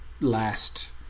last